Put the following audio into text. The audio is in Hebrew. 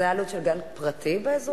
זאת העלות של גן פרטי באזור?